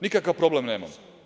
Nikakav problem nemamo.